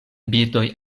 birdoj